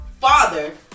father